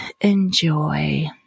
enjoy